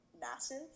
massive